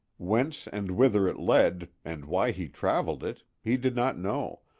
whence and whither it led, and why he traveled it, he did not know,